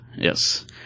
Yes